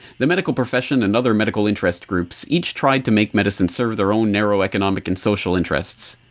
the medical profession and other medical interest groups each tried to make medicine serve their own narrow economic and social interests.